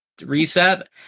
reset